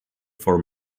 for